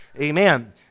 Amen